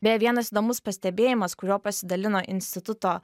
beje vienas įdomus pastebėjimas kuriuo pasidalino instituto